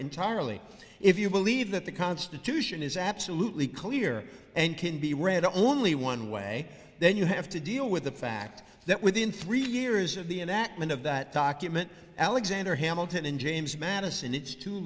entirely if you believe that the constitution is absolutely clear and can be read only one way then you have to deal with the fact that within three years of the enactment of that document alexander hamilton and james madison its two